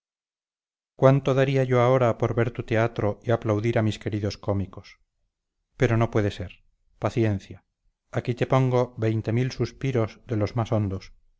cuánto daría yo ahora por ver tu teatro y aplaudir a mis queridos cómicos pero no puede ser paciencia aquí te pongo veinte mil suspiros de los más hondos